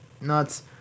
nuts